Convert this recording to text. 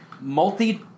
multi